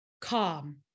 calm